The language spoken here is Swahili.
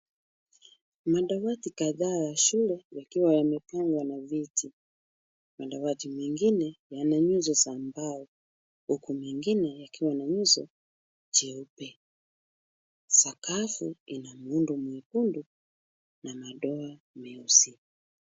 Madawati kadhaa ya shule yakiwa yamepangwa na viti. Madawati mengine yana nyuso za mbao huku mengine yakiwa na nyuso jeupe. Sakafu ina muundo mwekundu na madoa meusi.